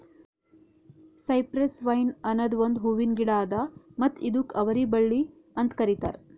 cypress vine ಅನದ್ ಒಂದು ಹೂವಿನ ಗಿಡ ಅದಾ ಮತ್ತ ಇದುಕ್ ಅವರಿ ಬಳ್ಳಿ ಅಂತ್ ಕರಿತಾರ್